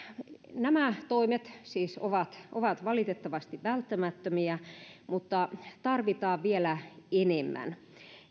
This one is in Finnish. nämä toimet siis ovat ovat valitettavasti välttämättömiä mutta tarvitaan vielä enemmän